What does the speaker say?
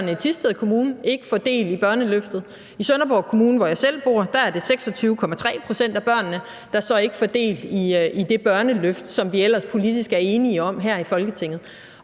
selv bor, er det 26,3 pct. af børnene, der så ikke får del i det børneløft, som vi ellers politisk er enige om her i Folketinget.